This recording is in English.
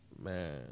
Man